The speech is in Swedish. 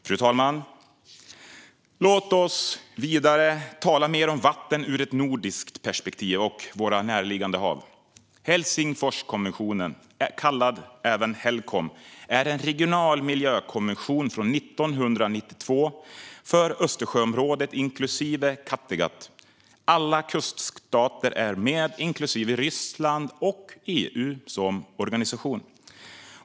Fru talman! Låt oss tala mer om vatten ur ett nordiskt perspektiv och våra närliggande hav. Helsingforskonventionen, även kallad Helcom, är en regional miljökonvention från 1992 för Östersjöområdet, inklusive Kattegatt. Alla kuststater är med, inklusive Ryssland och EU som organisation.